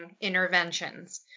interventions